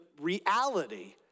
reality